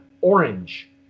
orange